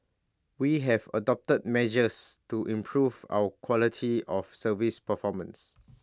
we have adopted measures to improve our quality of service performance